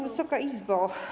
Wysoka Izbo!